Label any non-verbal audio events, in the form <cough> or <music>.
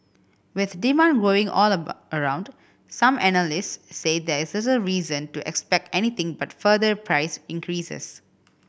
with demand growing all <unintelligible> around some analysts say there is <unintelligible> reason to expect anything but further price increases